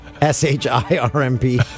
S-H-I-R-M-P